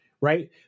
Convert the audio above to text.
Right